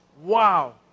Wow